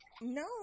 No